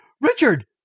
Richard